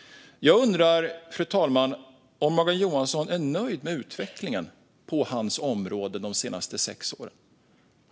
Jag undrar, fru talman, om Morgan Johansson är nöjd med utvecklingen på hans område de senaste sex åren.